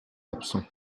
absent